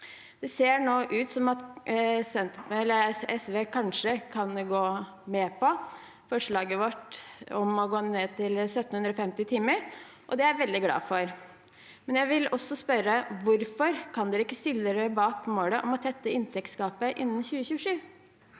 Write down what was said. Det ser nå ut som at SV kanskje kan gå med på forslaget vårt om å gå ned til 1 750 timer, og det er jeg veldig glad for. Men jeg vil også spørre: Hvorfor kan ikke SV stille seg bak målet om å tette inntektsgapet innen 2027?